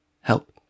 Help